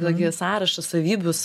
tokį sąrašą savybių s